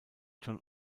john